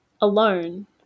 alone